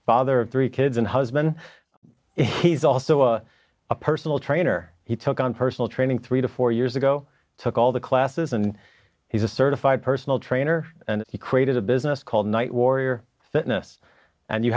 father of three kids and husband he's also a personal trainer he took on personal training three to four years ago took all the classes and he's a certified personal trainer and he created a business called night warrior fitness and you